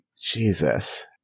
Jesus